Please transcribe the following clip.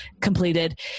completed